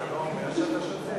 אתה לא אומר שאתה שותק?